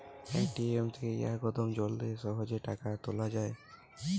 ATM থেকে ইয়াকদম জলদি সহজে টাকা তুলে যায়